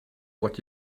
what